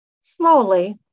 Slowly